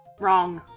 wrong